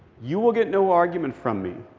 you will get no argument from me.